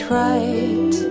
right